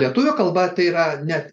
lietuvių kalba tai yra net